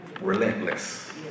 relentless